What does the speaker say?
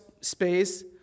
space